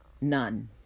None